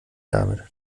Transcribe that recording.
damit